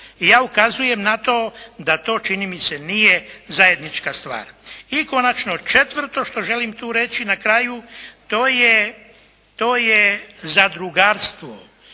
Ja ukazujem na to da to čini mi se nije zajednička stvar. I konačno, četvrto što želim tu reći na kraju, to je zadrugarstvo.